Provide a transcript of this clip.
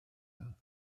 dda